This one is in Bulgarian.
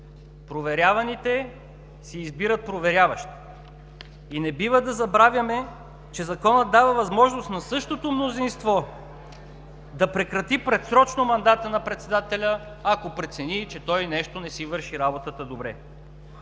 Проверяваните си избират проверяващ. И не бива да забравяме, че Законът дава възможност на същото мнозинство да прекрати предсрочно мандата на председателя, ако прецени, че той нещо не си върши работата добре.